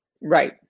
Right